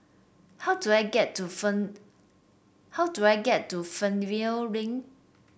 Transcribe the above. how do I get to Fern how do I get to Fernvale Link